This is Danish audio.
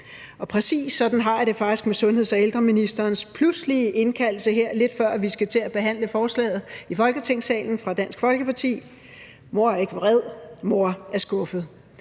præcis sådan har jeg det faktisk med sundheds- og ældreministerens pludselig indkaldelse, her lidt før vi skal til at behandle forslaget fra Dansk Folkeparti her i Folketingssalen: Mor er ikke vred, mor er skuffet.